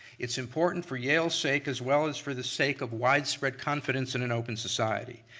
it's important for yale's sake as well as for the sake of widespread confidence in an open society.